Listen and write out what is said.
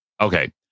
Okay